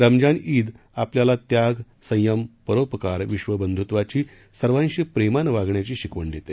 रमजान ईद आपल्याला त्याग संयम परोपकार विश्वबंधूत्वाची सर्वांशी प्रेमानं वागण्याची शिकवण देते